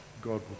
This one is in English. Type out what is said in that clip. God